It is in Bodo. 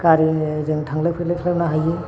गारिजों थांलाय फैलाय खालामनो हायो